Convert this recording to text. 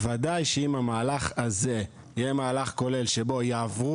ודאי שאם המהלך הזה יהיה מהלך כולל שבו יעברו